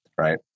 Right